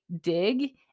dig